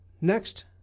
Next